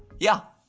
yeah,